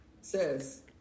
says